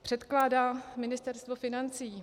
Předkládá Ministerstvo financí.